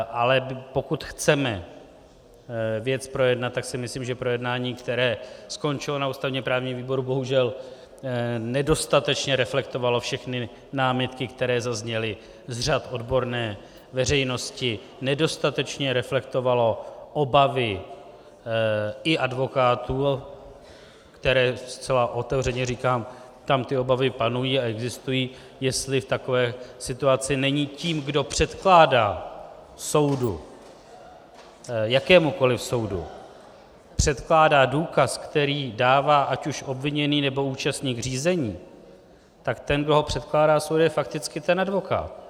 Ale pokud chceme věc projednat, tak si myslím, že projednání, které skončilo na ústavněprávním výboru, bohužel nedostatečně reflektovalo všechny námitky, které zazněly z řad odborné veřejnosti, nedostatečně reflektovalo obavy i advokátů, které zcela otevřeně říkám, tam ty obavy panují a existují, jestli v takové situaci není tím, kdo předkládá soudu, jakémukoliv soudu předkládá důkaz, který dává ať už obviněný, nebo účastník řízení, tak ten, kdo ho předkládá soudu je fakticky ten advokát.